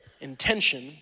intention